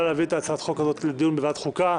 להביא את הצעת החוק הזאת לדיון בוועדת החוקה,